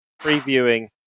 previewing